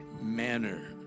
manner